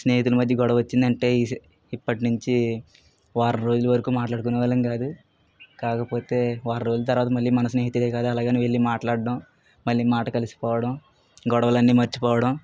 స్నేహితుల మధ్య గొడవ వచ్చిందంటే ఈ ఇప్పటి నుంచి వారం రోజుల వరకు మాట్లాడుకునేవాళ్ళం కాదు కాకపోతే వారం రోజుల తర్వాత మళ్ళీ మన స్నేహితులే కదా అలాగ అని వెళ్ళి మాట్లాడడం మళ్ళీ మాట కలిసిపోవడం గొడవలు అన్ని మర్చిపోవడం